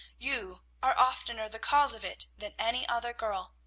you are oftener the cause of it than any other girl.